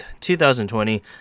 2020